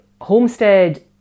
homestead